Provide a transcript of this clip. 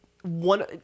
one